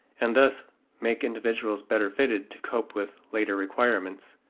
and thus make individuals better fitted to cope with later requirements.